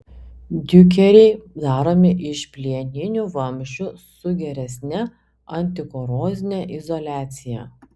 diukeriai daromi iš plieninių vamzdžių su geresne antikorozine izoliacija